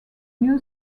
new